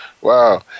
Wow